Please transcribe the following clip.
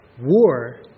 war